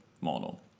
model